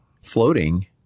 floating